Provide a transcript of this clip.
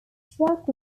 track